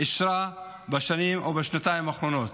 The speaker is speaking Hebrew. אישרה בשנים או בשנתיים האחרונות?